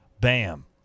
bam